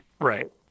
Right